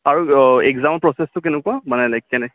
আৰু এক্জামৰ প্ৰচেছটো কেনেকুৱা মানে লাইক কেনে